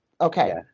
okay